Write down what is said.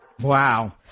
Wow